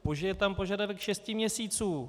Je tam požadavek šesti měsíců.